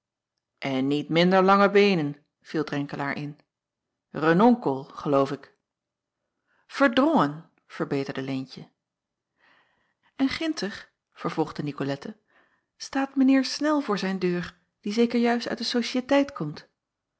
n niet minder lange beenen viel renkelaer in enonkel geloof ik erdrongen verbeterde eentje n ginter vervolgde icolette staat mijn eer nel voor zijn deur die zeker juist uit de ociëteit komt